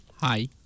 Hi